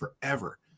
forever